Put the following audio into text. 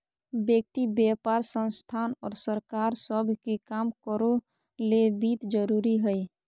व्यक्ति व्यापार संस्थान और सरकार सब के काम करो ले वित्त जरूरी हइ